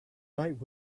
night